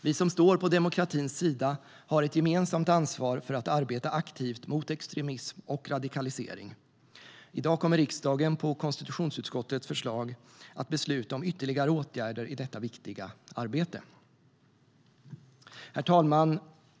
Vi som står på demokratins sida har ett gemensamt ansvar för att arbeta aktivt mot extremism och radikalisering. I dag kommer riksdagen på konstitutionsutskottets förslag att besluta om ytterligare åtgärder i detta viktiga arbete. Herr talman!